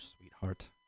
sweetheart